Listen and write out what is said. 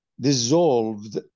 dissolved